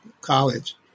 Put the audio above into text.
college